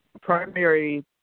primary